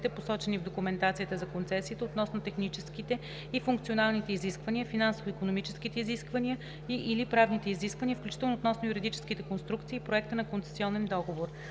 посочени в документацията за концесията, относно техническите и функционалните изисквания, финансово-икономическите изисквания и/или правните изисквания, включително относно юридическите конструкции и проекта на концесионен договор.